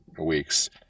weeks